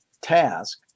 task